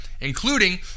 including